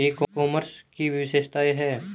ई commerce की विशेषताएं क्या हैं?